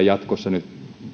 jatkossa nyt